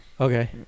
Okay